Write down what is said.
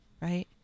Right